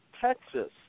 Texas